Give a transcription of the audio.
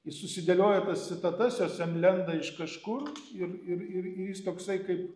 jis susidėlioja tas citatas jos jam lenda iš kažkur ir ir ir i jis toksai kaip